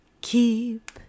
Keep